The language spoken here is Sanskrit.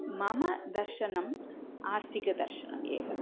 मम दर्शनम् आस्तिकदर्शनम् एव